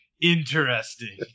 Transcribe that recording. interesting